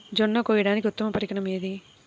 జొన్న కోయడానికి ఉత్తమ పరికరం ఏది?